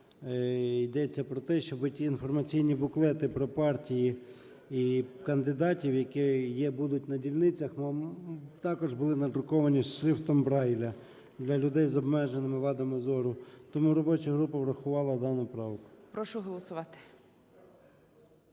йдеться про те, щоб ті інформаційні буклети про партії і кандидатів, які будуть на дільницях, також були надруковані шрифтом Брайля для людей з обмеженими вадами зору. Тому робоча група врахувала дану правку.